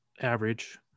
average